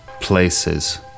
places